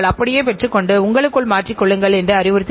உங்கள் உற்பத்தி செயல்முறைகளுக்கான இலக்கை நீங்கள் நிர்ணயிக்க வேண்டும்